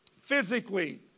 physically